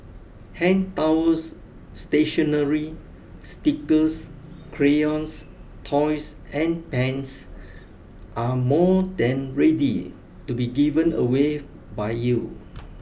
hand towels stationery stickers crayons toys and pens are more than ready to be given away by you